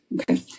Okay